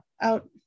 out